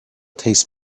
tastes